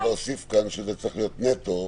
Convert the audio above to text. --- אבל צריך להוסיף כאן שזה צריך להיות נטו.